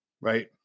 Right